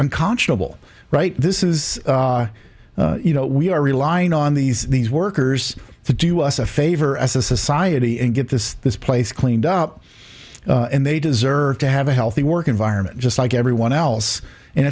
unconscionable right this is you know we are relying on these these workers to do us a favor as a society and get this this place cleaned up and they deserve to have a healthy work environment just like everyone else and